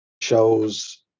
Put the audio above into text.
shows